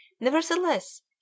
nevertheless